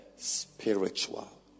spiritual